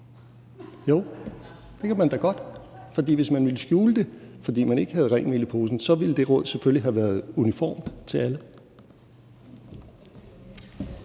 Jo, det kan man da godt. For hvis man ville skjule det, fordi man ikke havde rent mel i posen, så ville det råd selvfølgelig have været uniformt for alle.